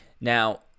Now